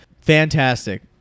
Fantastic